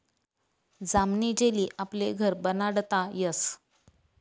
जामनी जेली आपले घर बनाडता यस